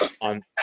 on